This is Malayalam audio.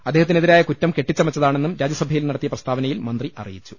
അദ്ദേഹത്തിനെതിരായ കുറ്റം കെട്ടിച്ചമച്ച താണെന്നും രാജ്യസഭയിൽ നടത്തിയ പ്രസ്താവനയിൽ മന്ത്രി അറിയിച്ചു